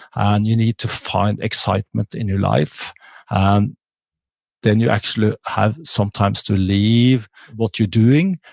and you need to find excitement in your life and then you actually have sometimes to leave what you're doing,